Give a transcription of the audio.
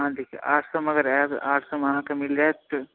आठ सए मे आयत आठ सए मे मगर खानो मिल जायत